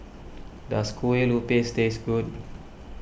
does Kue Lupis taste good